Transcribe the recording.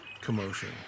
commotion